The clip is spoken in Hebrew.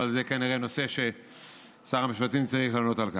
אבל זה נושא ששר המשפטים צריך לענות עליו.